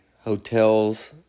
hotels